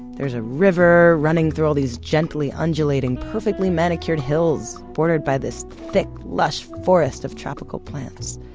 there's a river running through all these gently undulating, perfectly manicured hills, bordered by this thick, lush forest of tropical plants.